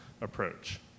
approach